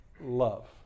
love